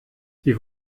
sie